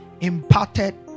imparted